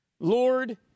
Lord